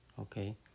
okay